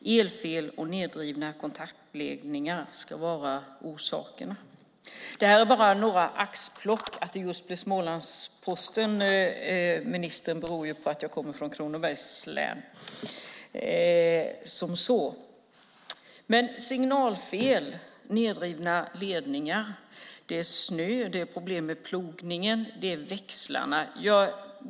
Elfel och nedrivna kontaktledningar ska vara orsaken. Detta är bara ett axplock, och att det är från just Smålandsposten beror på att jag kommer från Kronobergs län. Det handlar om signalfel, nedrivna ledningar, snö, problem med plogning och växlar.